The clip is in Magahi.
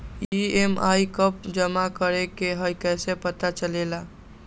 ई.एम.आई कव जमा करेके हई कैसे पता चलेला?